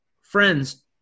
friends